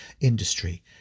industry